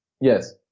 Yes